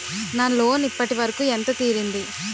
నా లోన్ ఇప్పటి వరకూ ఎంత తీరింది?